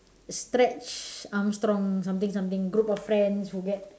stretch arm strong something something group of friends who get